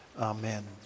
Amen